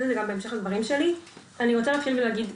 אני רוצה להתחיל ולהגיד,